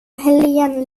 helgen